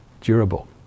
durable